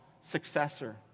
successor